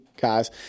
guys